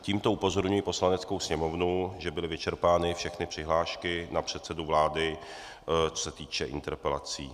Tímto upozorňuji Poslaneckou sněmovnu, že byly vyčerpány všechny přihlášky na předsedu vlády, co se týče interpelací.